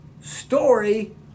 story